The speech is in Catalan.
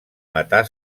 matar